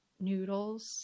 noodles